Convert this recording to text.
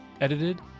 edited